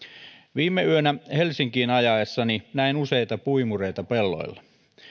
viime yönä helsinkiin ajaessani näin useita puimureita pelloilla